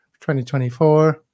2024